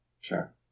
Sure